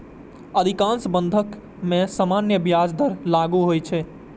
अधिकांश बंधक मे सामान्य ब्याज दर लागू होइ छै